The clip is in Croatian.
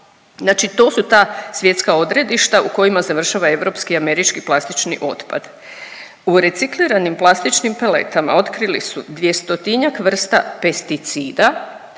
znači to su ta svjetska odredišta u kojima završava europski i američki plastični otpad. U recikliranim plastičnim paletama otkrili su 200-njak vrsta pesticida,